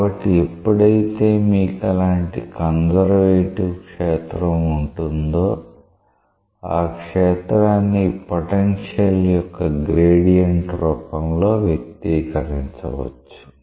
కాబట్టి ఎప్పుడైతే మీకు అలాంటి కన్సర్వేటివ్ క్షేత్రం ఉంటుందో ఆ క్షేత్రాన్ని పొటెన్షియల్ యొక్క గ్రేడియంట్ రూపంలో వ్యక్తీకరించవచ్చు